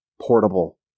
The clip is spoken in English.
portable